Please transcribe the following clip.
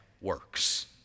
works